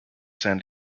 san